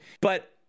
But-